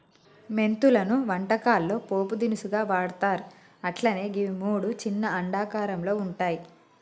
మెంతులను వంటకాల్లో పోపు దినుసుగా వాడ్తర్ అట్లనే గివి మూడు చిన్న అండాకారంలో వుంటయి